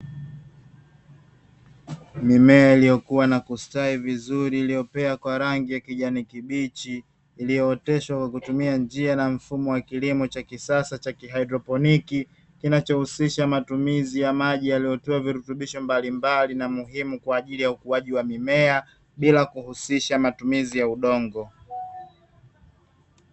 Mimea iliyokuwa na kustawi vizuri iliyopea kwa rangi ya kijani kibichi iliyooteshwa kwa kutumia njia na mfumo wa kilimo cha kisasa cha "kihydroponiki," kinachohusisha matumizi ya maji yaliyotiwa virutubisho mbalimbali na muhimu kwa ajili ya ukuaji wa mimea bila kuhusisha matumizi ya udongo.